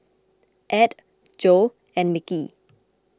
Add Jo and Mickey